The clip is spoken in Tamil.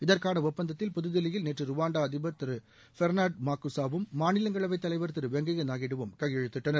இதற்கான ஒப்பந்தத்தில் புதுதில்லியில் நேற்று ருவாண்டா அதிபர் திரு பெர்னார்டு மாக்குசா வும் மாநிலங்களவைத் தலைவர் திரு வெங்கையா நாயுடுவும் கையெழுத்திட்டனர்